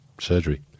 surgery